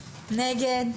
נגד?